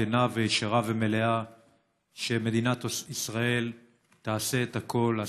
כנה וישרה ומלאה שמדינת ישראל תעשה את הכול,